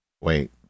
Wait